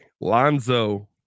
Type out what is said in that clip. Lonzo